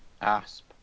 Asp